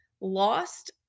lost